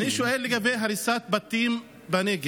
אני שואל לגבי הריסת בתים בנגב.